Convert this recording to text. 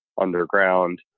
underground